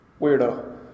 Weirdo